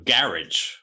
Garage